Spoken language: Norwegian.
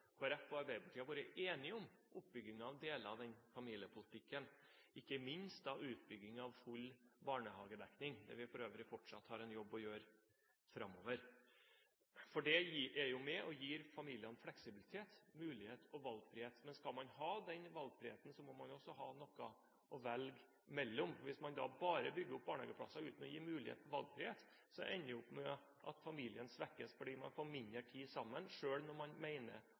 og Arbeiderpartiet har vært enige om oppbyggingen av deler av den familiepolitikken – ikke minst utbyggingen av full barnehagedekning. Der har vi for øvrig fortsatt en jobb å gjøre framover, for det er jo med på å gi familien fleksibilitet, mulighet og valgfrihet. Men hvis man skal ha den valgfriheten, må man også ha noe å velge mellom. For hvis man bare bygger opp barnehageplasser uten å gi mulighet for valgfrihet, ender vi opp med at familien svekkes fordi man får mindre tid sammen, selv når man